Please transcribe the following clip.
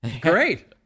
Great